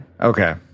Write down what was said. Okay